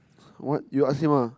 what you ask him lah